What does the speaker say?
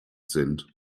sind